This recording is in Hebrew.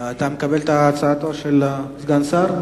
אתה מקבל את הצעתו של סגן השר?